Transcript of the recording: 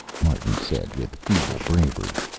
martin said with feeble bravery.